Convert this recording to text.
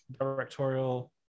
directorial